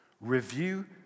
review